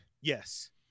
yes